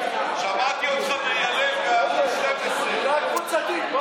שמעתי אותך מיילל בערוץ 12. תמונה קבוצתית.